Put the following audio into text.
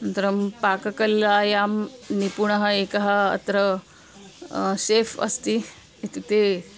अनन्तरं पाककल्लायां निपुणः एकः अत्र सेफ़् अस्ति इत्युक्ते